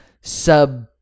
sub